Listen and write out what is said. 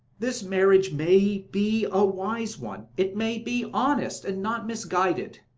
this marriage may be a wise one it may be honest and not misguided,